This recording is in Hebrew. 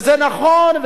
וזה נכון,